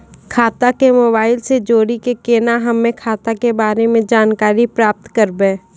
खाता के मोबाइल से जोड़ी के केना हम्मय खाता के बारे मे जानकारी प्राप्त करबे?